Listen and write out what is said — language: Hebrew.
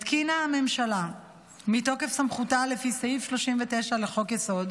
התקינה הממשלה מתוקף סמכותה לפי סעיף 39 לחוק-יסוד: